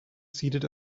seated